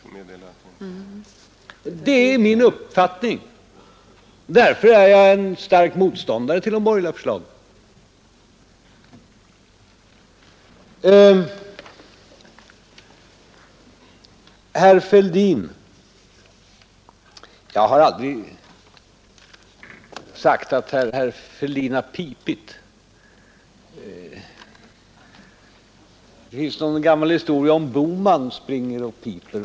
Det är min uppfattning. Därför är jag en stark motståndare till de borgerliga förslagen. Jag har aldrig sagt att herr Fälldin pipit. Det finns någon gammal historia om ”Boman, Springer och Piper”.